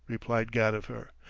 replied gadifer,